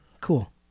cool